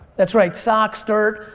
that's right, socks, dirt.